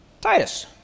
Titus